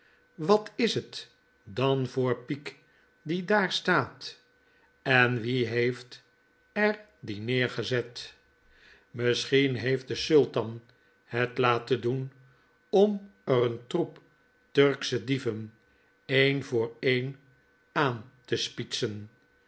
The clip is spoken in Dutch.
wat is het dan voor piek die daar staat en wie heeft er die neergezet misschien heeft de sultan het laten doen om er een troep turksche dieven een voor een aan te spietsen